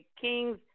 kings